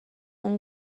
اون